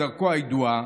בדרכו הידועה,